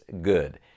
good